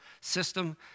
system